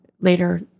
later